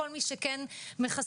כל מי שכן מחסן,